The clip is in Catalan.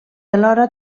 alhora